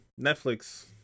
Netflix